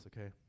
okay